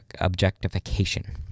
objectification